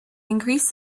increased